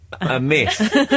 amiss